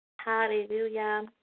Hallelujah